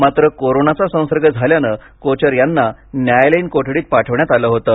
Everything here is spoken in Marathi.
मात्र कोरोनाचा संसर्ग झाल्यानं कोचर यांना न्यायालयीन कोठडीत पाठवण्यात आलं होतं